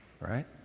right